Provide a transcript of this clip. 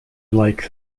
like